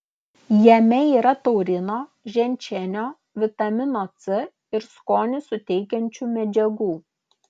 jame yra taurino ženšenio vitamino c ir skonį suteikiančių medžiagų